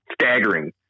staggering